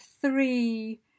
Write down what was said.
three